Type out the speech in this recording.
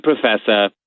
Professor